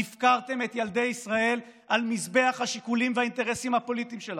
הפקרתם את ילדי ישראל על מזבח השיקולים והאינטרסים הפוליטיים שלכם.